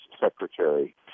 Secretary